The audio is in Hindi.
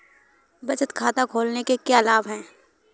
बचत खाता खोलने के क्या लाभ हैं?